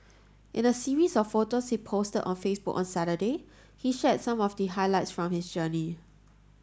in a series of photos he posted on Facebook on Saturday he shared some of the highlights from his journey